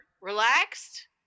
relaxed